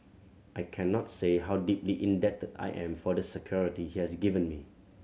I cannot say how deeply indebted I am for the security he has given me